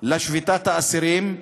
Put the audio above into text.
לשביתת האסירים,